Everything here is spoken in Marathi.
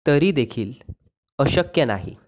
तरीदेखील अशक्य नाही